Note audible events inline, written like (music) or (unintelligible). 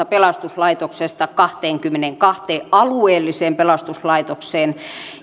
(unintelligible) pelastuslaitoksesta kahteenkymmeneenkahteen alueelliseen pelastuslaitokseen